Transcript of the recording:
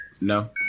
No